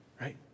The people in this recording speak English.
Right